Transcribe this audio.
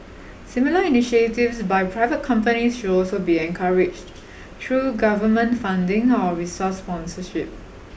similar initiatives by private companies should also be encouraged through government funding or resource sponsorship